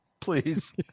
Please